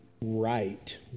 right